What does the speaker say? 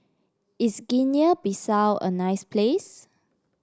is Guinea Bissau a nice place